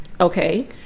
Okay